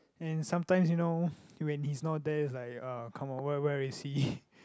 and sometimes you know when he's not there it's like uh come on where where is he